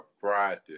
Friday